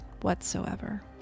whatsoever